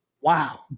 Wow